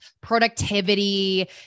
productivity